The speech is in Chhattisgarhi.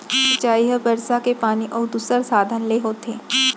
सिंचई ह बरसा के पानी अउ दूसर साधन ले होथे